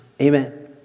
amen